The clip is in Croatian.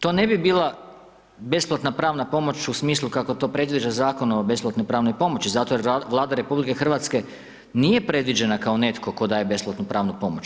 To ne bi bila besplatna pravna pomoć, u smislu kako to predviđa Zakon o besplatnoj pravnoj pomoći, zato jer Vlada RH, nije predviđena kao netko tko daje besplatnu pravnu pomoć.